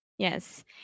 Yes